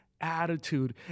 attitude